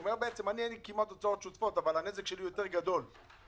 הוא אומר בעצם: אין לי כמעט הוצאות שוטפות אבל הנזק שלי גדול יותר.